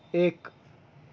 ایک